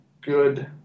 good